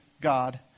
God